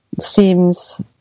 seems